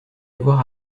avoir